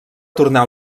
tornar